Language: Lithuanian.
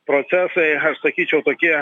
procesai sakyčiau tokie